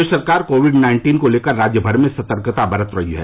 प्रदेश सरकार covid nineteen को लेकर राज्य भर में सतर्कता बरत रही है